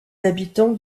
habitants